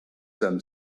them